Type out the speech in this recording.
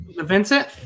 Vincent